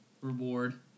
reward